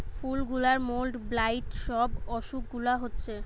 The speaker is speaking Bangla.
ফুল গুলার মোল্ড, ব্লাইট সব অসুখ গুলা হচ্ছে